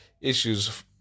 issues